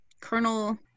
colonel